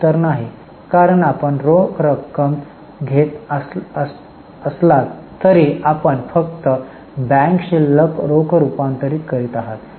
उत्तर नाही कारण आपण रोख रक्कम घेत असलात तरी आपण फक्त बँक शिल्लक रोख रूपांतरित करीत आहात